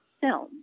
film